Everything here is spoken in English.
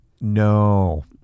No